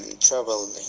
traveling